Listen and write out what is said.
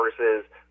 versus